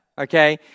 okay